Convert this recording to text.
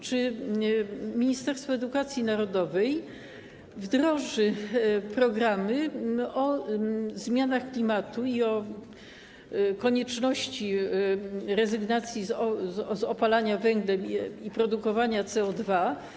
Czy Ministerstwo Edukacji Narodowej wdroży programy o zmianach klimatu i o konieczności rezygnacji z opalania węglem i produkowania CO2?